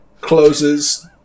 closes